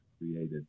created